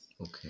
Okay